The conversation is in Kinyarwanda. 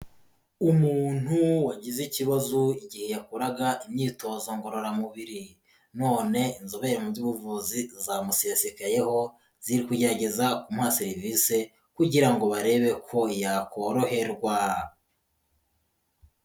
Umuntu wagize ikibazo igihe yakoraga imyitozo ngororamubiri, none inzobere mu by'ubuvuzi zamusesekeyeho ziri kugerageza kumuha serivise kugira ngo barebe ko yakoroherwa.